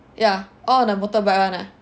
ya all on the motorbike [one] lah